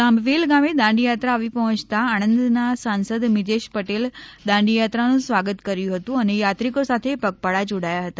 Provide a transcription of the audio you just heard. લાંભવેલ ગામે દાંડી યાત્રા આવી પહોંચતા આણંદના સાંસદ મિતેષ પટેલ દાંડી યાત્રાનું સ્વાકગત કર્યું હતું અને યાત્રિકો સાથે પગપાળા જોડાયા હતા